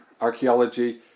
archaeology